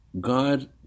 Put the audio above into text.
God